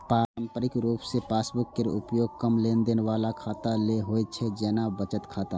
पारंपरिक रूप सं पासबुक केर उपयोग कम लेनदेन बला खाता लेल होइ छै, जेना बचत खाता